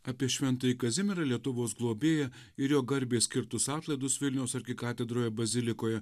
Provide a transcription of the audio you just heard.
apie šventąjį kazimierą lietuvos globėją ir jo garbei skirtus atlaidus vilniaus arkikatedroje bazilikoje